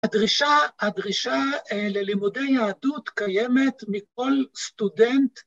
‫הדרישה, הדרישה ללימודי יהדות ‫קיימת מכל סטודנט.